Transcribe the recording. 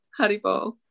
Haribo